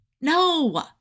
No